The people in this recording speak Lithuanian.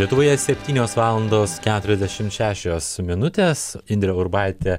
lietuvoje septynios valandos keturiasdešim šešios minutės indrė urbaitė